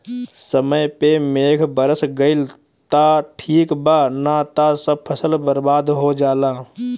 समय पे मेघ बरस गईल त ठीक बा ना त सब फसल बर्बाद हो जाला